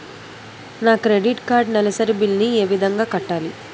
నా credit card నెలసరి bill ని ఏ విధంగా కట్టాలి?